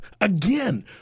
again